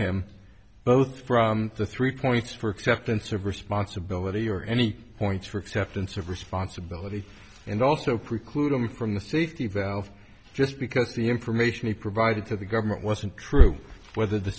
him both from the three points for acceptance of responsibility or any points for acceptance of responsibility and also preclude him from the safety valve just because the information he provided to the government wasn't true